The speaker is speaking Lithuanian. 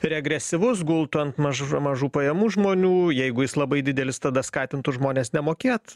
regresyvus gultų ant maž mažų pajamų žmonių jeigu jis labai didelis tada skatintų žmones nemokėt